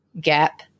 gap